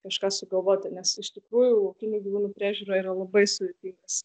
kažką sugalvoti nes iš tikrųjų laukinių gyvūnų priežiūra yra labai sudėtingas